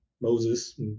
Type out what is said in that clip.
Moses